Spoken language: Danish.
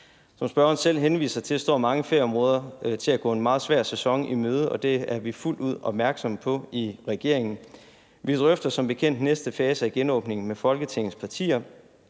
Som spørgeren selv henviser til, står mange ferieområder til at gå en meget svær sæson i møde, og det er vi fuldt ud opmærksomme på i regeringen. Vi drøfter som bekendt næste fase af genåbningen med Folketingets partier,